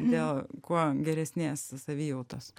dėl kuo geresnės savijautos